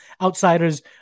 outsiders